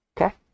Okay